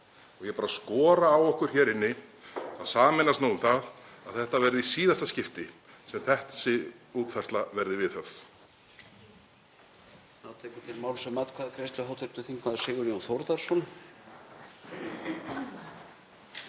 Ég skora á okkur hér inni að sameinast nú um að þetta verði í síðasta skipti sem þessi útfærsla verði viðhöfð.